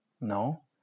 No